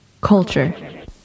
Culture